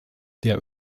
der